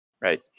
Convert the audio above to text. right